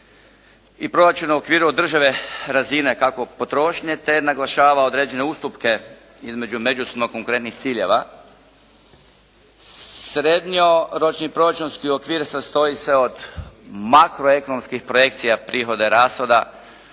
i proračuna u okviru od državne razine kako potrošnje, te naglašava određene ustupke između međusobno konkurentnih ciljeva. Srednjoročni proračunski okvir sastoji se od makroekonomskih projekcija prihoda i rashoda